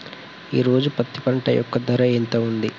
ఈ రోజు పత్తి పంట యొక్క ధర ఎంత ఉంది?